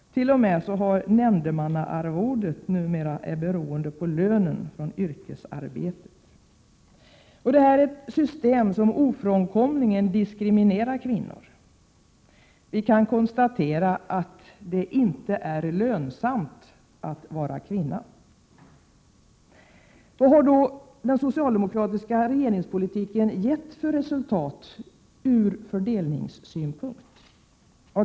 Till och med nämndemannaarvodet är numera beroende av lönen från yrkesarbetet. Detta är ett system som ofrånkomligen diskriminerar kvinnor. Vi kan konstatera att det inte är lönsamt att vara kvinna. Vad har då den socialdemokratiska regeringspolitiken gett för resultat från fördelningssynpunkt?